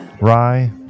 rye